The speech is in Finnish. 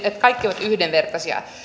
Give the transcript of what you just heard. kaikki ovat yhdenvertaisia